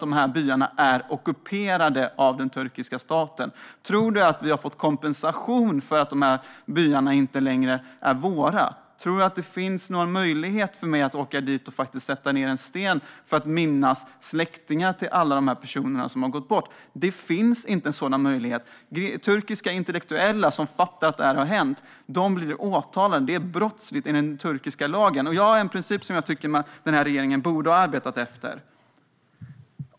De byarna är ockuperade av den turkiska staten. Tror du att vi har fått kompensation för att de byarna inte längre är våra? Tror du att det finns någon möjlighet för mig att åka dit och lägga ned en sten för att minnas alla de här personerna som har gått bort? Det finns ingen sådan möjlighet. Turkiska intellektuella som fattar att det här har hänt blir åtalade. Tal om folkmordet är ett brott enligt den turkiska lagen. Jag har en princip som jag tycker att den här regeringen borde arbeta efter.